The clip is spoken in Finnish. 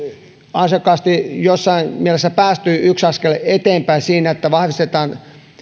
ansiokkaasti jossain mielessä päästy yksi askel eteenpäin siinä että vahvistetaan